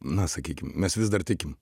na sakykim mes vis dar tikim